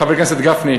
חבר הכנסת גפני,